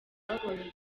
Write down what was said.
babonye